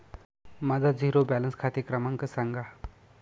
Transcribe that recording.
माझा zero balance खाते क्रमांक सांगा